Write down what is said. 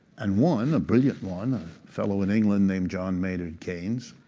and one, a brilliant one, a fellow in england named john maynard keynes,